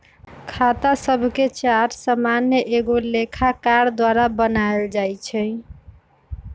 खता शभके चार्ट सामान्य एगो लेखाकार द्वारा बनायल जाइ छइ